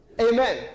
Amen